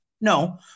no